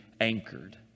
anchored